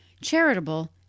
charitable